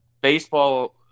Baseball